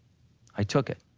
i took it.